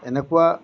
এনেকুৱা